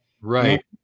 right